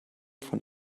von